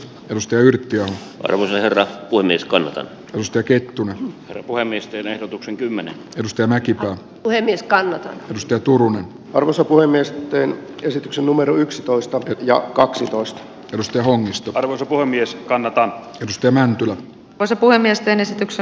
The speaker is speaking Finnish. ennuste ylittyy arvonlisävero kuin niskan mustaketun ja puhemiesten ehdotuksen kymmenen josta näki puhemies karen ström turunen osapuolen nesteen esityksen numero yksitoista ja kaksitoista pyrstö hongisto arvoisa puhemies canadan yhdistämään tulla osa puhemiesten esityksen